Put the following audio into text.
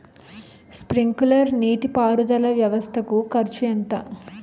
Sprinkler నీటిపారుదల వ్వవస్థ కు ఖర్చు ఎంత?